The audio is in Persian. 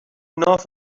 ناف